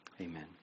Amen